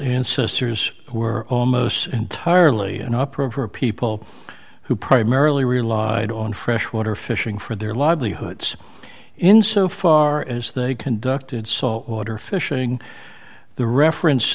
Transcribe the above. sisters who are almost entirely appropriate people who primarily relied on fresh water fishing for their livelihoods in so far as they conducted salt water fishing the reference